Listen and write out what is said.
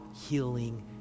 healing